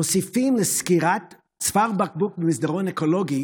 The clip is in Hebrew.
מוסיפים לסגירת צוואר בקבוק במסדרון אקולוגי